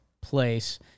place